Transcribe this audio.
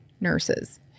nurses